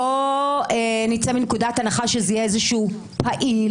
בוא נצא מנקודת הנחה שזה יהיה איזה פעיל,